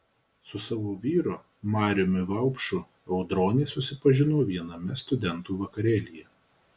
su savo vyru mariumi vaupšu audronė susipažino viename studentų vakarėlyje